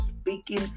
speaking